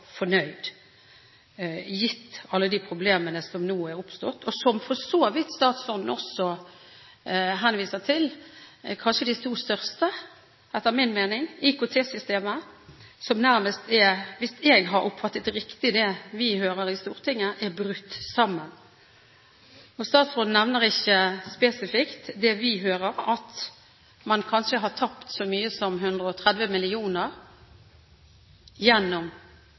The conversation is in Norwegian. fornøyd, gitt alle de problemene som nå er oppstått, og, som for så vidt statsråden også henviser til, kanskje de to største, etter min mening, IKT-systemer som nærmest er – hvis jeg har oppfattet det vi hører i Stortinget, riktig – brutt sammen. Statsråden nevner ikke spesifikt det vi hører, at man kanskje har tapt så mye som 130 mill. kr gjennom